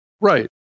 Right